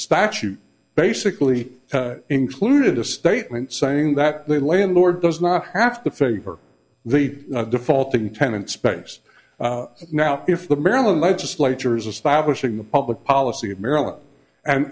statute basically included a statement saying that the landlord does not have to favor the defaulting tenant space now if the maryland legislature is establishing the public policy of maryland and